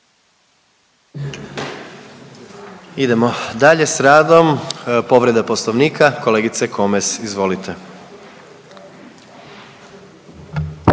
Idemo dalje sa radom, povreda Poslovnika kolegice Komes. Izvolite.